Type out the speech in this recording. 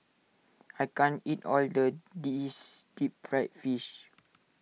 I can't eat all the this Deep Fried Fish